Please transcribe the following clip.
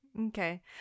Okay